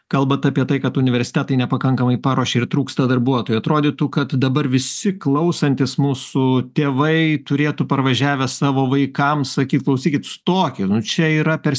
kalbat apie tai kad universitetai nepakankamai paruošė ir trūksta darbuotojų atrodytų kad dabar visi klausantys mūsų tėvai turėtų parvažiavę savo vaikams sakyt klausykit stoki nu čia yra perspektyvu